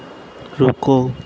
रुको